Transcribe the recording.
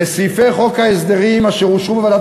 לסעיפי חוק ההסדרים אשר אושרו בוועדת